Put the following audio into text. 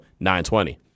920